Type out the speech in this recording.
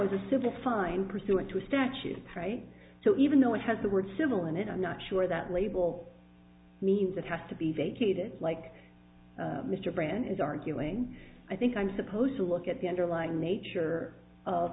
is a civil fine pursuant to a statute right so even though it has the word civil in it i'm not sure that label means it has to be vacated like mr brand is arguing i think i'm supposed to look at the underlying nature of